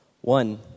One